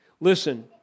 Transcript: Listen